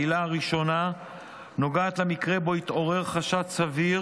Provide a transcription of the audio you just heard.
העילה הראשונה נוגעת למקרה שבו התעורר חשד סביר